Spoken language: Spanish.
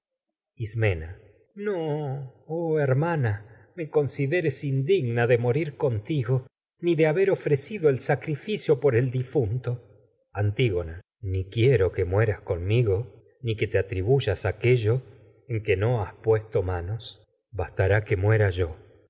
ismena no oh hermana me consideres el iúdi'gna por de morir contigo ni de haber ofrecido sacrificio el difunto antígona ni quiero que mueras conmigo ni que tragedias de sófocles te atribuyas aquello que muera yo en que no has puesto manos bas tará ismena y